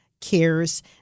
Cares